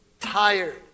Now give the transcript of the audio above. tired